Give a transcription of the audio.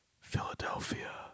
Philadelphia